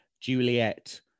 juliet